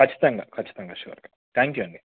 ఖచ్చితంగా ఖచ్చితంగా షూర్గా థ్యాంక్ యూ అండి